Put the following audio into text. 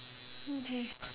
okay